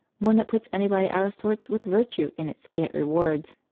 one that puts anybody out of sorts with virtue and its scant rewards.